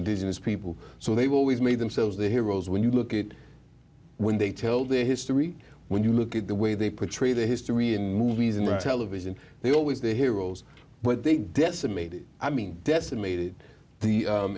indigenous people so they've always made themselves their heroes when you look at when they tell their history when you look at the way they portray their history in movies and television they always they're heroes but they decimated i mean decimated the